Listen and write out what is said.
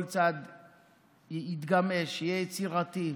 שכל צד יתגמש, יהיה יצירתי,